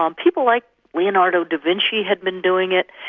um people like leonardo da vinci had been doing it,